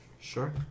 Sure